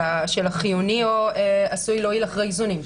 של החיוני או עשוי להועיל אחרי איזונים.